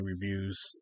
reviews